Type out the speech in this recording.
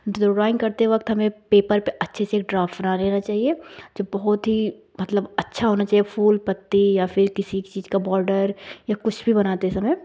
drawing करते वक़्त हमें पेपर पर अच्छे से ड्राफ्ट बना लेना चाहिए जो बहुत ही मतलब अच्छा होना चाहिए फूल पत्ती या फ़िर किसी चीज़ का बॉर्डर या कुछ भी बनाते समय